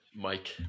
Mike